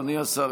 אדוני השר,